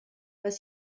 pas